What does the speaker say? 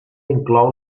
inclou